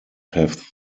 have